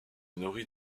nourrit